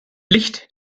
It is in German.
licht